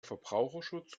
verbraucherschutz